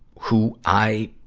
who i